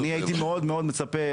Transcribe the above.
הייתי מאוד מצפה,